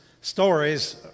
stories